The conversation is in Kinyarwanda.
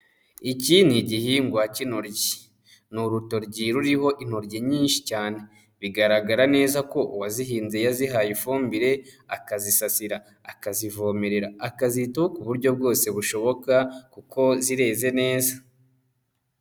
Iki ni igihingwa cy'intoryi. Ni urutoryi ruriho intoryi nyinshi cyane. Bigaragara neza ko uwazihinze yazihaye ifumbire, akazisasira, akazivomerera, akazitaho ku buryo bwose bushoboka kuko zireze neza.